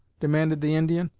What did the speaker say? demanded the indian,